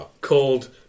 Called